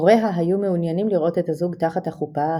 הוריה היו מעוניינים לראות את הזוג תחת החופה,